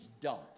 dump